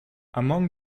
among